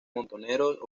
montoneros